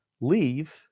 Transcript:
leave